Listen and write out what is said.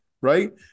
Right